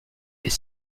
est